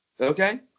Okay